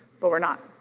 but we're not.